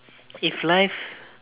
if life